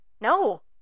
No